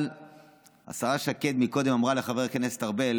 אבל השרה שקד קודם אמרה לחבר הכנסת ארבל